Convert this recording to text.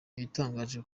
igitangaje